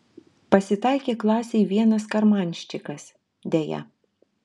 pasitaikė klasėj vienas karmanščikas deja